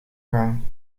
gang